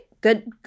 good